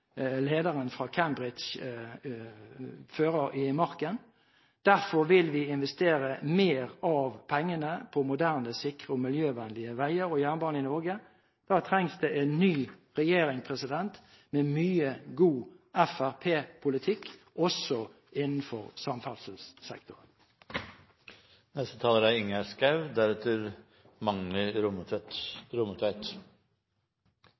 lederen fra Cambridge fører i marken. Derfor vil vi investere mer av pengene på moderne, sikre og miljøvennlige veier og jernbaner i Norge. Da trengs det en ny regjering med mye god fremskrittspartipolitikk, også innenfor